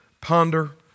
ponder